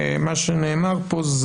מה שנאמר פה,